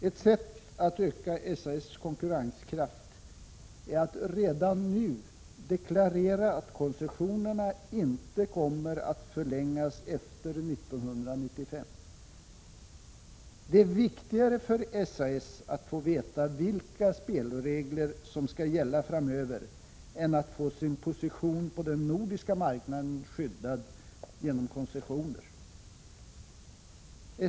Ett sätt att öka SAS konkurrenskraft är att redan nu deklarera att koncessionerna inte kommer att förlängas efter 1995. Det är viktigare för SAS att få veta vilka spelregler som skall gälla framöver, än att få sin position på den nordiska marknaden skyddad genom koncessioner.